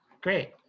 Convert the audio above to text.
Great